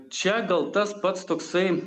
čia gal tas pats toksai